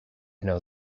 know